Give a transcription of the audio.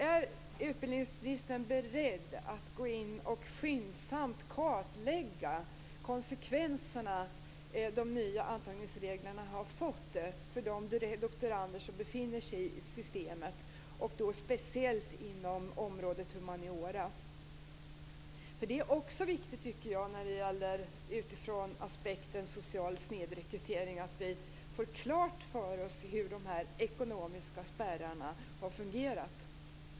Är utbildningsministern beredd att skyndsamt gå in och kartlägga de konsekvenser som de nya antagningsreglerna har fått för de doktorander som befinner sig i systemet, speciellt inom området humaniora? Jag tycker att det är viktigt att vi utifrån aspekten social snedrekrytering får klart för oss hur de ekonomiska spärrarna har fungerat.